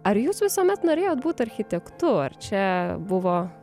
ar jūs visuomet norėjot būti architektu ar čia buvo